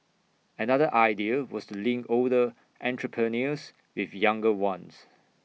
another idea was to link older entrepreneurs with younger ones